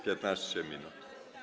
15 minut.